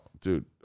dude